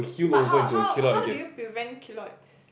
but how how how do you prevent keloids